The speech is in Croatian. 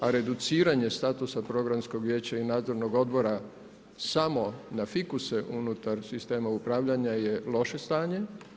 A reduciranje statusa programskog vijeća i nadzornog odbora samo na fikuse unutar sistema upravljanja je loše stanje.